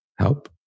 Help